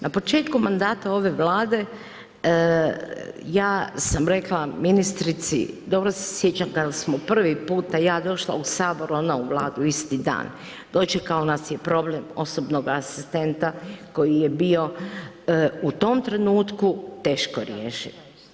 Na početku mandata ove Vlade ja sam rekla ministrici, dobro se sjećam kada sam prvi puta ja došla u Sabor, ona u Vladu, isti dan, dočekao nas je problem osobnog asistenta koji je bio u tom trenutku teško rješiv.